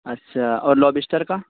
اچھا اور لوبسٹر کا